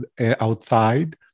outside